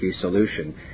solution